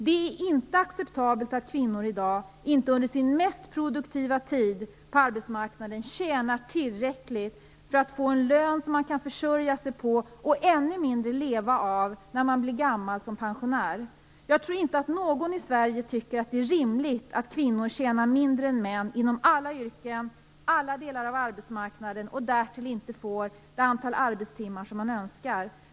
Det är inte acceptabelt att kvinnor i dag under sin mest produktiva tid på arbetsmarknaden inte tjänar tillräckligt, och får en lön som de inte kan försörja sig på och ännu mindre leva av när de blir gamla och pensioneras. Jag tror inte att någon i Sverige tycker att det är rimligt att kvinnor inom alla yrken och inom alla delar av arbetsmarknaden tjänar mindre än män och därtill inte får det antal arbetstimmar som de önskar.